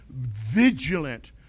vigilant